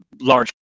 large